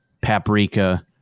paprika